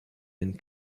and